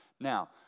Now